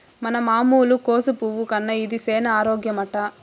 మన మామూలు కోసు పువ్వు కన్నా ఇది సేన ఆరోగ్యమట